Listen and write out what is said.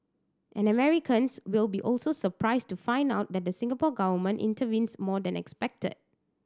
and Americans will be also surprised to find out that the Singapore Government intervenes more than expected